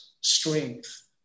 strength